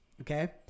okay